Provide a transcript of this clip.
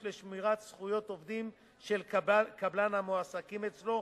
לשמירת זכויות עובדים של קבלן המועסקים אצלו,